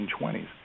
1920s